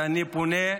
ואני פונה,